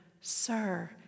sir